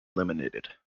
eliminated